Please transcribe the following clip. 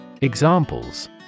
Examples